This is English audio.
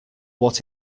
what